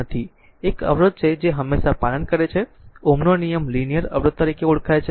તેથી એ એક અવરોધ છે કે જે હંમેશા પાલન કરે છે Ω નો નિયમ લીનીયર અવરોધ તરીકે ઓળખાય છે